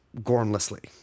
gormlessly